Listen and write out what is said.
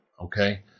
okay